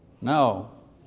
No